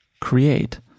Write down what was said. create